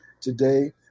today